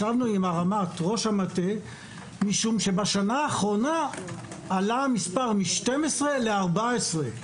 ישבנו עם ראש המטה משום שבשנה האחרונה עלה המספר מ-12 ל-14,